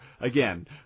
again